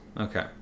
Okay